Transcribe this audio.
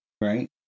right